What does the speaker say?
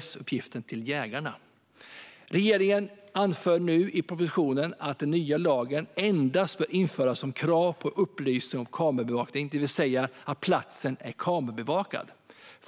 skogsmaskinerna finns. Regeringen anför nu i propositionen att det i den nya lagen endast bör införas ett krav på upplysning om kamerabevakning, det vill säga att platsen är kamerabevakad.